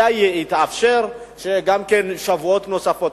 אלא יתאפשרו שבועות נוספים.